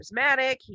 charismatic